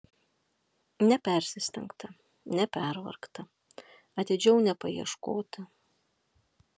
nepersistengta nepervargta atidžiau nepaieškota